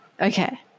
Okay